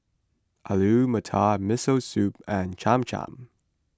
Alu Matar Miso Soup and Cham Cham